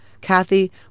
Kathy